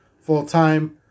full-time